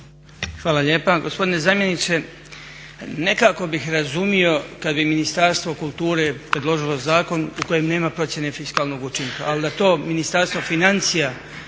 Hvala lijepa. Gospodine zamjeniče, nekako bih razumio kad bi Ministarstvo kulture predložilo zakon u kojem nema procjene fiskalnog učinka, ali da to Ministarstvo financija